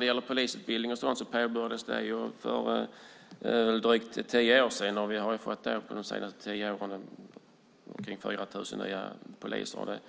Detta med polisutbildningen påbörjades för drygt tio år sedan. Vi har under de senaste tio åren fått omkring 4 000 nya poliser,